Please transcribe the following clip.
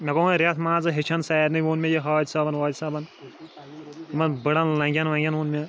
مےٚ گوٚو وۄنۍ ریٚتھ مان ژٕ ہیٚچھان سارنٕے ووٚن مےٚ یہِ حٲج صٲبَن وٲج صٲبَن یِمَن بٕڑَن لنٛگیٚن وَنٛگیٚن ووٚن مےٚ